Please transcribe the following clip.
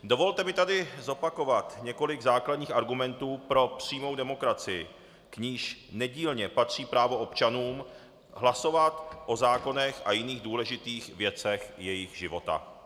Dovolte mi tady zopakovat několik základních argumentů pro přímou demokracii, k níž nedílně patří právo občanů hlasovat o zákonech a jiných důležitých věcech jejich života.